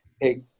hey